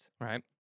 right